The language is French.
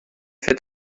fait